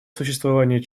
сосуществование